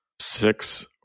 six